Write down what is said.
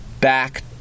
back